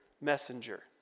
messenger